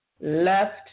left